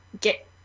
get